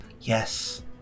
Yes